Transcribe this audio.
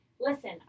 Listen